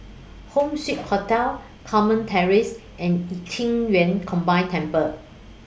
Home Suite Hotel Carmen Terrace and Qing Yun Combined Temple